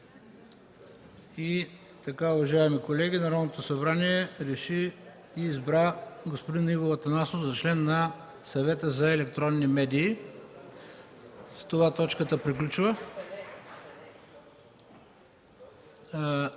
прието. Уважаеми колеги, Народното събрание реши и избра господин Иво Атанасов за член на Съвета за електронни медии. С това точката приключва.